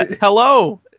Hello